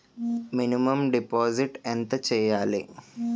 Minimum deposit ఎంత చెయ్యాలి?